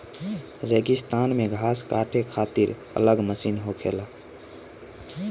रेगिस्तान मे घास काटे खातिर अलग मशीन होखेला